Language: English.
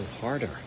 harder